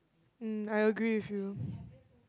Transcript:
hmm I agree with you